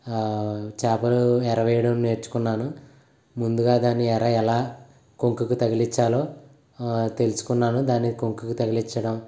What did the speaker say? చేపలు ఎరవేయడం నేర్చుకున్నాను ముందుగా దాన్ని ఎర ఎలా కొక్కెంకి తగిలించాలో తెలుసుకున్నాను దాన్ని కొక్కెంకు తగిలించడం